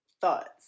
thoughts